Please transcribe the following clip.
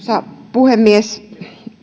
puhemies